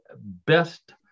best